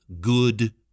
good